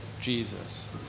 Jesus